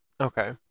Okay